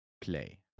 play